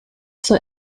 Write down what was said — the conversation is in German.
zur